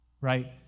right